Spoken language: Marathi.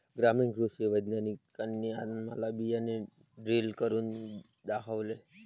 ग्रामीण कृषी वैज्ञानिकांनी आम्हाला बियाणे ड्रिल करून दाखवले